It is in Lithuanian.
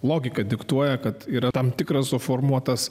logika diktuoja kad yra tam tikras suformuotas